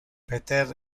peter